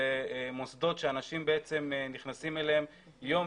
אלה מוסדות שאנשים נכנסים אליהם יום